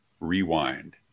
rewind